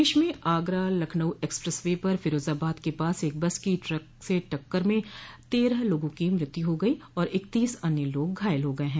प्रदेश में Agra Lucknow expressway पर फिरोजाबाद के पास एक बस की ट्रक से टक्कर में तेरह लोगों की मृत्यु हो गई और इक्तीस अन्य लोग घायल हो गये ह